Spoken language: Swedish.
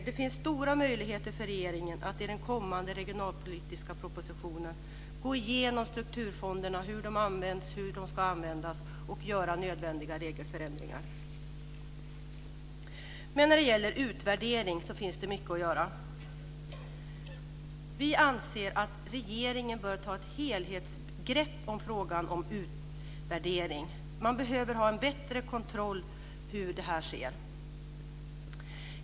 Det finns stora möjligheter för regeringen att i den kommande regionalpolitiska propositionen gå igenom strukturfonderna för att se hur de används och hur de ska användas samt att genomföra nödvändiga regelförändringar. När det gäller utvärdering finns det mycket att göra. Vi anser att regeringen bör ta ett helhetsgrepp på frågan om utvärdering. Man behöver ha en bättre kontroll över hur utvärderingar sker.